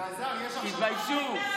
אלעזר, יש עכשיו, תתביישו.